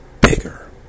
bigger